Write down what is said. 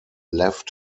left